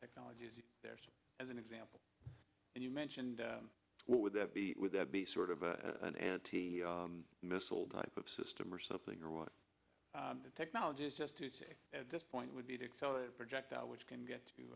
technology as an example and you mentioned what would that be would that be sort of a an anti missile type of system or something or what the technology is just to say at this point would be to accelerate projectile which can get to